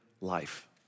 life